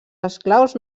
esclaus